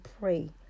pray